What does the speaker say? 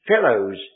fellows